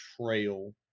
trail